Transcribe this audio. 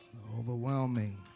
Overwhelming